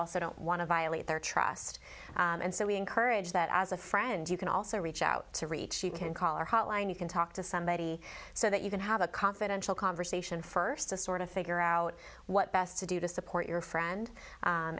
also don't want to violate their trust and so we encourage that as a friend you can also reach out to reach you can call our hotline you can talk to somebody so that you can have a confidential conversation first to sort of figure out what best to do to support your friend